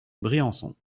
briançon